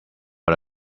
but